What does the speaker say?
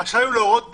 רשאי הוא להורות בכתב,